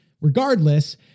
regardless